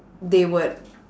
they would